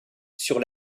sur